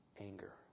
anger